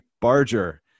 Barger